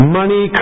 money